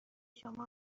شما